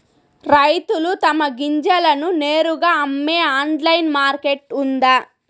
రైతులు తమ గింజలను నేరుగా అమ్మే ఆన్లైన్ మార్కెట్ ఉందా?